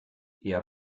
eher